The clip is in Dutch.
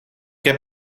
heb